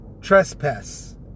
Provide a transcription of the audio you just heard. trespass